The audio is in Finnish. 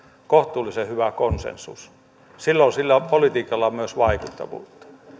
kohtuullisen hyvä konsensus silloin sillä politiikalla on myös vaikuttavuutta